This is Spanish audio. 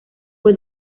fue